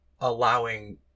allowing